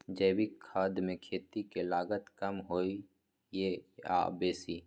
जैविक खाद मे खेती के लागत कम होय ये आ बेसी?